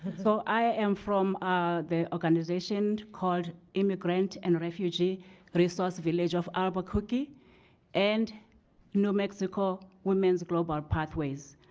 so i am from the organization called immigrant and refugee resource village of albuquerque and new mexico women's global pathways,